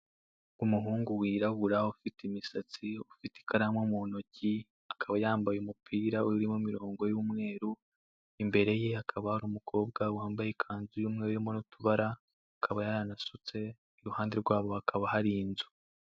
Umuhungu w'irabura ufite imisatsi ufiti n'ikaramu mu intoki akaba yambaye umupira urimo imirongo y'umweru imbere ye hakaba hari umukoba umukobwa wambaye ikanzu y'umweru irimo n'utubara akayanasutse irihande rwabo hakaba har'inzu.